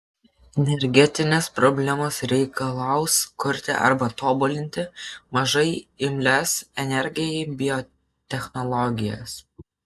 energetinės problemos reikalaus kurti arba tobulinti mažai imlias energijai biotechnologijas